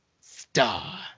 star